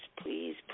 please